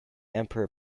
emperor